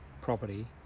property